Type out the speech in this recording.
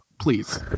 please